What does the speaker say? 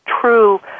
true